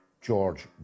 george